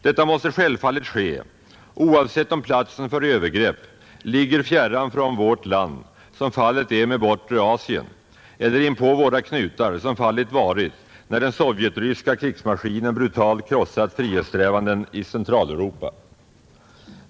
Detta måste självfallet ske oavsett om platsen för övergrepp ligger fjärran från vårt land, som fallet är med Bortre Asien, eller inpå våra knutar, som fallet varit när den sovjetryska krigsmaskinen brutalt krossat frihetssträvanden i Centraleuropa.